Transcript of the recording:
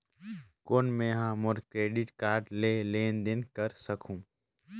कौन मैं ह मोर क्रेडिट कारड ले लेनदेन कर सकहुं?